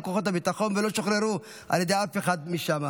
כוחות הביטחון ולא שוחררו על ידי אף אחד משם.